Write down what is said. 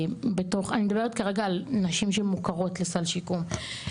אני מדברת כרגע על נשים שמוכרות לסל שיקום.